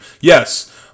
Yes